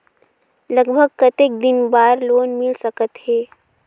लगभग कतेक दिन बार लोन मिल सकत हे?